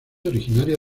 originaria